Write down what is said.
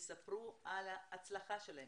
יספרו בקצרה על ההצלחה שלכם.